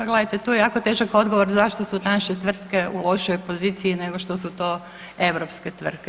Pa gledajte, tu je jako težak odgovor zašto su naše tvrtke u lošijoj poziciji nego što su te europske tvrtke.